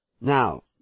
Now